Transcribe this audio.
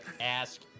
ask